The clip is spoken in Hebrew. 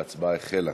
ההצבעה החלה.